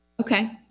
Okay